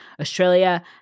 Australia